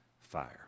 fire